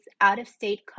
out-of-state